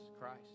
Christ